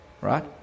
right